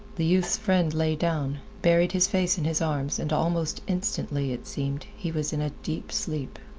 the youth's friend lay down, buried his face in his arms, and almost instantly, it seemed, he was in a deep sleep.